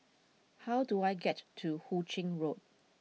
how do I get to Hu Ching Road